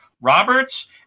roberts